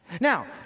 Now